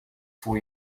for